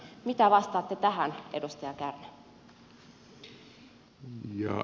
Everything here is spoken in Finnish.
mitä vastaatte tähän edustaja kärnä